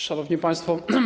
Szanowni Państwo!